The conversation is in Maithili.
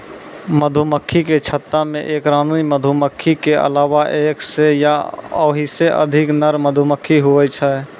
मधुमक्खी के छत्ता मे एक रानी मधुमक्खी के अलावा एक सै या ओहिसे अधिक नर मधुमक्खी हुवै छै